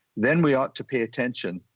then we ought to pay attention,